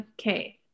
okay